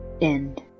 end